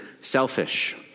selfish